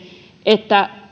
että